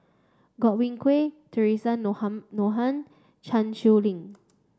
Godwin Koay Theresa Noronha Noronhan Chan Sow Lin